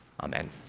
Amen